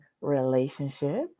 relationship